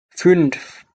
fünf